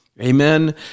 Amen